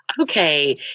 Okay